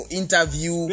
interview